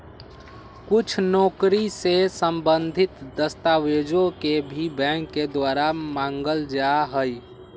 कुछ नौकरी से सम्बन्धित दस्तावेजों के भी बैंक के द्वारा मांगल जा हई